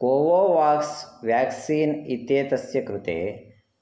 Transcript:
Covovax vaccine इत्येतस्य कृते